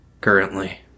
currently